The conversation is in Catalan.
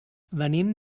venim